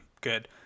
good